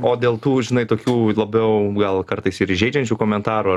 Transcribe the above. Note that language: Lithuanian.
o dėl tų žinai tokių labiau gal kartais ir įžeidžiančių komentarų